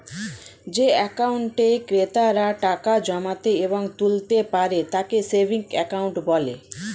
যে অ্যাকাউন্টে ক্রেতারা টাকা জমাতে এবং তুলতে পারে তাকে সেভিংস অ্যাকাউন্ট বলে